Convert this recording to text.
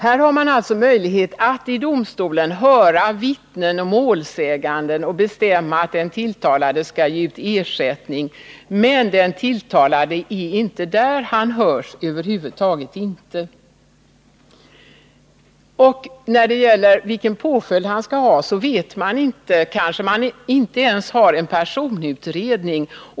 Här har man alltså möjlighet att i domstolen höra vittnen och målsägande och bestämma att den tilltalade skall utge ersättning. Men den tilltalade är inte där; han hörs över huvud taget inte. När det gäller påföljden har man kanske inte ens en personutredning.